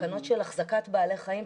תקנות של החזקת בעלי חיים,